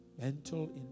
mental